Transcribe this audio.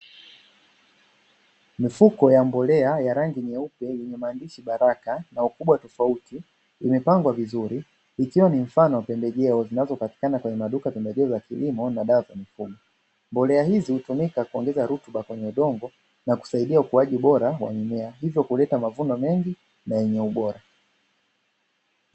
Mifuko ya mbolea ya rangi nyeupe yenye maandishi ''Baraka''na ukubwa tofauti imepambwa vizuri. Ikiwa ni mfano wa pembejeo zinazo patikana kwenye maduka ya pembejeo za kilimo na dawa za mifugo. Mbolea hizi hutumika kuongeza rutuba kwenye udongo na kusaidia ukuaji bora wa mimea hivyo kuongeza mavuno mengi na yenye ubora.